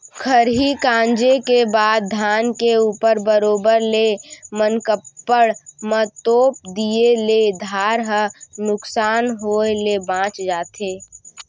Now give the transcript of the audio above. खरही गॉंजे के बाद धान के ऊपर बरोबर ले मनकप्पड़ म तोप दिए ले धार ह नुकसान होय ले बॉंच जाथे